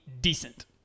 decent